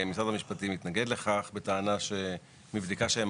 משרד המשפטים התנגד לכך בטענה שמבדיקה שהם